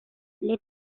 les